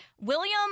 William